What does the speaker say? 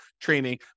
training